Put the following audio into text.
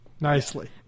nicely